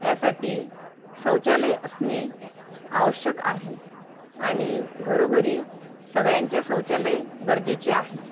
यासाठी शौचालय असणे आवश्यक आहे आणि घरोघरी सगळ्यांच्या शौचालय गरजेचे आहे